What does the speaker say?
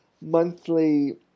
monthly